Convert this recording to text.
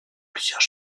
plusieurs